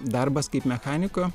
darbas kaip mechaniko